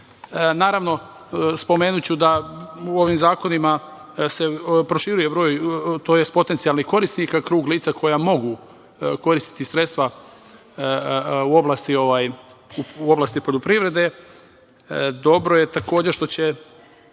spomenuću da u ovim zakonima se proširuje broj potencijalnih korisnika, krug lica koja mogu koristiti sredstva u oblasti poljoprivrede. Dobro je takođe što će